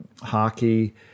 hockey